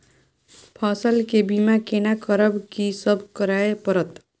फसल के बीमा केना करब, की सब करय परत?